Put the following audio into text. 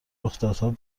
رخدادها